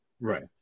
Right